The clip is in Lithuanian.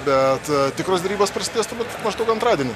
bet tikros derybos prasidės turbūt maždaug antradienį